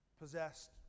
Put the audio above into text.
possessed